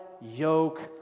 yoke